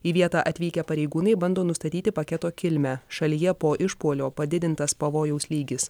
į vietą atvykę pareigūnai bando nustatyti paketo kilmę šalyje po išpuolio padidintas pavojaus lygis